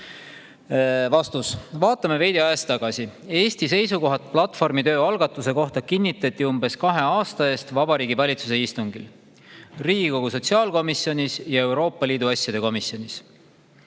Vastus. Vaatame ajas veidi tagasi. Eesti seisukohad platvormitöö algatuse kohta kinnitati umbes kahe aasta eest Vabariigi Valitsuse istungil ning Riigikogu sotsiaalkomisjonis ja Euroopa Liidu asjade komisjonis.